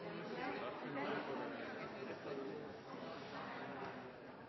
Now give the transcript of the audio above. og det er klart at dette